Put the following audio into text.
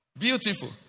Beautiful